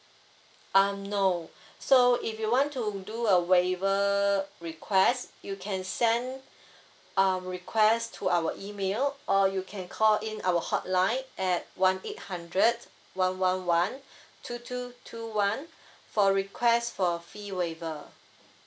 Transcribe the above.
um no so if you want to do a waiver request you can send um request to our email or you can call in our hotline at one eight hundred one one one two two two one for request for fee waiver